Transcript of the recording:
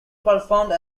performed